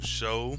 show